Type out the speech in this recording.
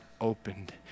opened